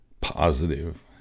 positive